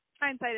hindsight